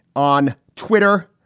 on twitter,